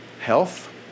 health